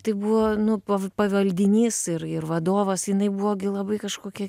tai buvo nu pavaldinys ir ir vadovas jinai buvo gi labai kažkokia